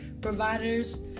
providers